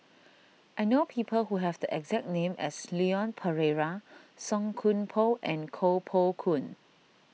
I know people who have the exact name as Leon Perera Song Koon Poh and Koh Poh Koon